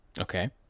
Okay